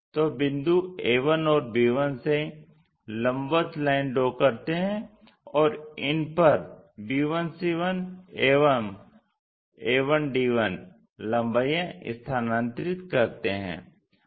तो बिंदु a1 और b1 से लम्बवत लाइन ड्रा करते हैं और इन पर b1c1 एवं a1d1 लम्बाईयाँ स्थानांतरित करते है